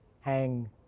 hang